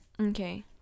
Okay